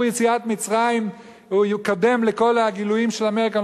יציאת מצרים קודם לכל הגילויים של אמריקה,